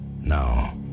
Now